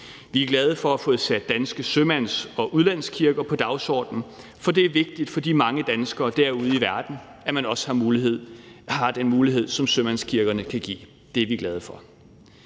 Vi er glade for at have fået sat danske sømands- og udlandskirker på dagsordenen, for det er vigtigt for de mange danskere derude i verden, at man også har den mulighed, som sømandskirkerne kan give. Det er vi glade for.